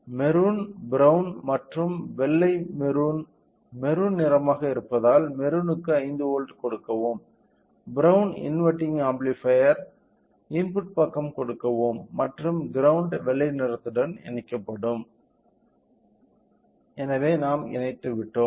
maroon brown மற்றும் வெள்ளை maroon maroon நிறமாக இருப்பதால் மெரூனுக்கு 5 வோல்ட் கொடுக்கவும் ப்ரவுன் இன்வெர்டிங் ஆம்ப்ளிஃபையர்ன் இன்புட் பக்கம் கொடுக்கவும் மற்றும் கிரௌண்ட் வெள்ளை நிறத்துடன் இணைக்கப்படும் எனவே நாம் இணைத்துவிட்டோம்